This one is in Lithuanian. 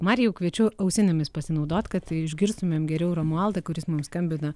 marijau kviečiu ausinėmis pasinaudot kad išgirstumėm geriau romualdą kuris mums skambina